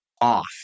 off